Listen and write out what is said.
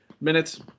minutes